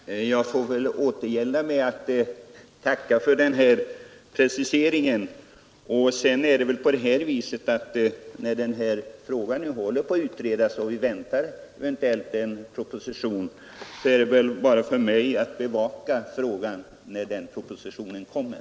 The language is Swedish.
Fru talman! Jag får väl återgälda med att ta a för den här preciseringen. När nu denna fråga utreds och vi väntar på en eventuell proposition, så är det väl bara för mig att bevaka frågan när nu propositionen kommer.